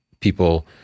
people